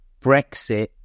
Brexit